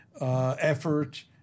effort